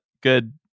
good